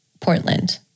Portland